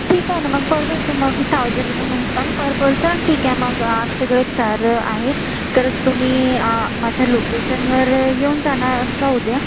ठीक आहे ना मग परवडतं आहे मग थाउजंड रुपीस म्हणता नं पर पर्सन ठीक आहे मग आमच्याकडे चार आहेत तर तुम्ही माझ्या लोकेशनवर येऊन जाणार का उद्या